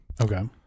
Okay